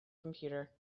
computer